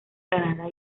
canadá